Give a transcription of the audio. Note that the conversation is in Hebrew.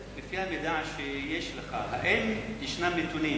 המידע שיש לך, האם ישנם נתונים